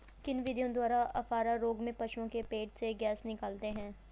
किन विधियों द्वारा अफारा रोग में पशुओं के पेट से गैस निकालते हैं?